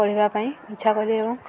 ପଢ଼ିବା ପାଇଁ ଇଚ୍ଛା କଲେ ଏବଂ